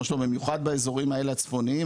במיוחד באזורים האלה הצפוניים,